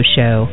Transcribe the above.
Show